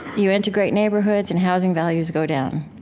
you integrate neighborhoods, and housing values go down,